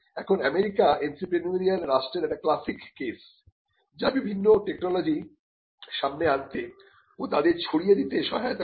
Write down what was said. এখন America entrepreneurial রাষ্ট্রের একটি ক্লাসিক কেস যা বিভিন্ন টেকনোলজি সামনে আনতে ও তাদের ছড়িয়ে দিতে সহায়তা করে